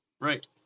right